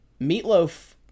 Meatloaf